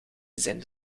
zijn